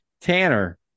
Tanner